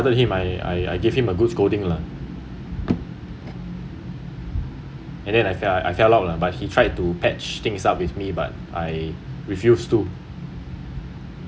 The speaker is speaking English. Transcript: ya I I confronted him I give him a good scolding lah and then I I fell out lah but he tried to patch things up with me but I refused to